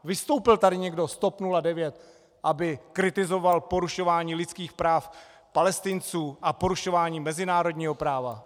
Vystoupil tady někdo z TOP 09, aby kritizoval porušování lidských práv Palestinců a porušování mezinárodního práva?